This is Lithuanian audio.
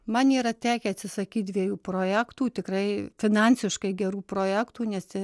man yra tekę atsisakyt dviejų projektų tikrai finansiškai gerų projektų nes